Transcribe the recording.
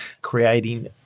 creating